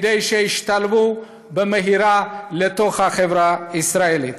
כדי שישתלבו במהרה בחברה הישראלית.